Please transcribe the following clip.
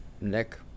Nick